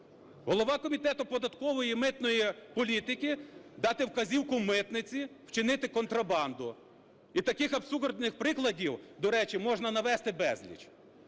голова Комітету податкової та митної політики дати вказівку митниці вчинити контрабанду. І таких абсурдних прикладів, до речі, можна навести безліч.